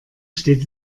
steht